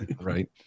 Right